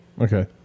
Okay